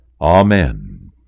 Amen